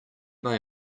may